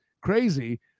crazy